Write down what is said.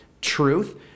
truth